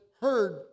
heard